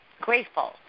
grateful